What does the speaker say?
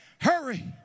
hurry